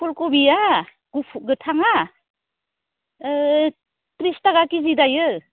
फुल खबिया गोथाङा त्रिस थाखा केजि दायो